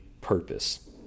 purpose